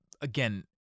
again